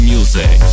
Music